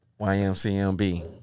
YMCMB